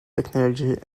technology